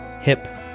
hip